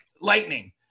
lightning